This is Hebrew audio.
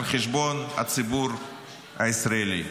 על חשבון הציבור הישראלי.